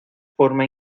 forma